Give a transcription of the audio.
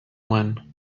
one